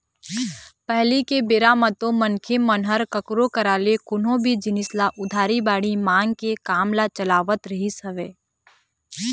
पहिली के बेरा म तो मनखे मन ह कखरो करा ले कोनो भी जिनिस ल उधारी बाड़ही मांग के काम ल चलावत रहिस हवय